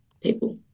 people